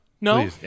No